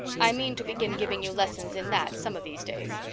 i mean to begin giving you lessons in that some of these days.